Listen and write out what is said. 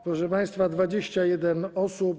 Proszę państwa, 21 osób.